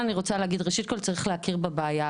אני רוצה להגיד ראשית כל צריך להכיר בבעיה,